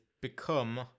become